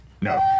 no